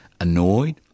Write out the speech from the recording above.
annoyed